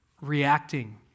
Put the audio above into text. reacting